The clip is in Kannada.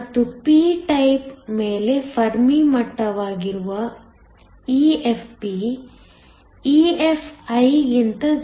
ಮತ್ತು P ಟೈಪ್ ಮೇಲೆ ಫರ್ಮಿ ಮಟ್ಟವಾಗಿರುವ EFp EFi ಗಿಂತ 0